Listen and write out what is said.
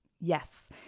Yes